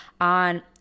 on